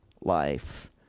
life